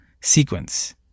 sequence